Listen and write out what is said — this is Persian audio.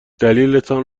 دلیلتان